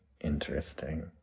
interesting